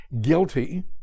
Guilty